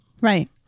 Right